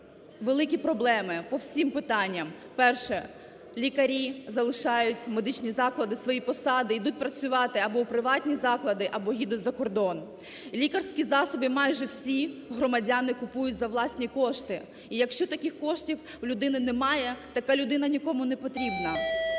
великі проблеми по всім питанням. Перше, лікарі залишають медичні заклади, свої посади, ідуть працювати або в приватні заклади або їдуть за кордон. Лікарські засоби, майже всі, громадяни купують за власні кошти. Якщо таких коштів у людини немає, така людина нікому не потрібна.